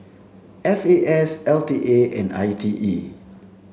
F A S L T A and I T E